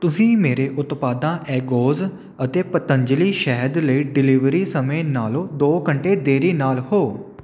ਤੁਸੀਂ ਮੇਰੇ ਉਤਪਾਦਾਂ ਐਗੋਜ਼ ਅਤੇ ਪਤੰਜਲੀ ਸ਼ਹਿਦ ਲਈ ਡਿਲੀਵਰੀ ਸਮੇਂ ਨਾਲੋਂ ਦੋ ਘੰਟੇ ਦੇਰੀ ਨਾਲ ਹੋ